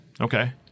Okay